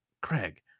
Craig